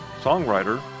songwriter